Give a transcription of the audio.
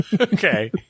Okay